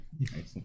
Excellent